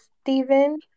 Stephen